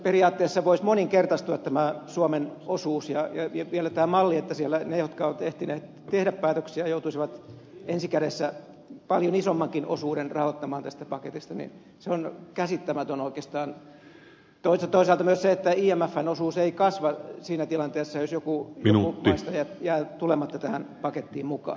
tällöin periaatteessa voisi tämä suomen osuus moninkertaistua ja vielä tämä malli että siellä ne jotka ovat ehtineet tehdä päätöksiä joutuisivat ensikädessä paljon isommankin osuuden rahoittamaan tästä paketista on käsittämätön oikeastaan toisaalta myös se että imfn osuus ei kasva siinä tilanteessa että joku maista jää tulematta tähän pakettiin mukaan